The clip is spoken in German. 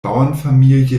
bauernfamilie